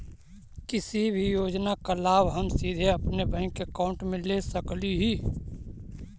किसी भी योजना का लाभ हम सीधे अपने बैंक अकाउंट में ले सकली ही?